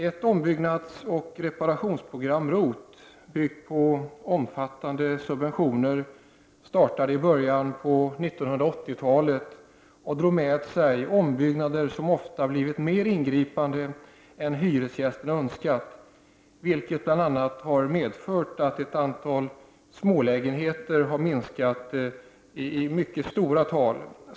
Ett ombyggnadsoch reparationsprogram, ROT, byggt på omfattande subventioner, startade i början på 80-talet och drog med sig ombyggnader som ofta blivit mer omfattande än hyresgästerna önskat, vilket bl.a. har medfört att antalet smålägenheter har minskat mycket.